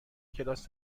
کلاس